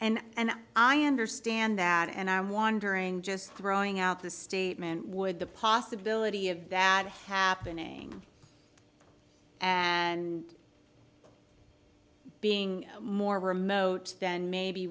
that and i understand that and i'm wondering just throwing out the statement would the possibility of that happening and being more remote then maybe